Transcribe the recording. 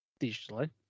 digitally